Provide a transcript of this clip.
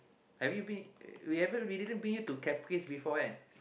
have you been we haven't we didn't bring you to Capris before right